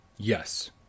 yes